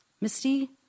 Misty